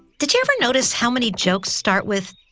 did you ever notice how many jokes start with,